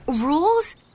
Rules